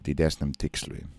didesniam tikslui